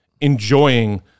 enjoying